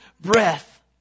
breath